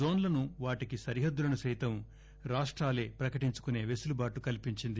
జోన్లను వాటికి సరిహద్దులను సైతం రాష్టాలో ప్రకటించుకునే వెసులుబాటు కల్పించింది